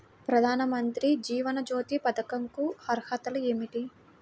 ప్రధాన మంత్రి జీవన జ్యోతి పథకంకు అర్హతలు ఏమిటి?